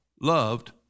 loved